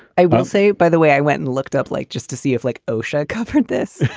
i won't say by the way, i went and looked up like just to see if like, oh, she's covered this.